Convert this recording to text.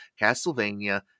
Castlevania